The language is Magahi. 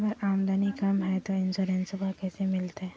हमर आमदनी कम हय, तो इंसोरेंसबा कैसे मिलते?